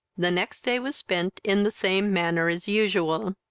the next day was spent in the same manner as usual.